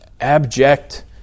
abject